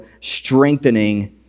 strengthening